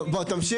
טוב, בוא, תמשיך.